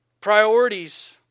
Priorities